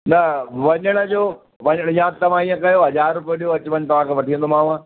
न वञण जो वन या तव्हां ईअं कयो हज़ार रुपियो ॾियो अच वञ तव्हांखे वठी वेंदोमाव